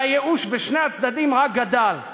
והייאוש בשני הצדדים רק גדל.